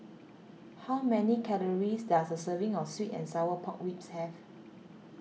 how many calories does a serving of Sweet and Sour Pork Ribs have